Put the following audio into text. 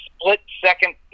split-second